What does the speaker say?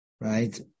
right